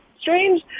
strange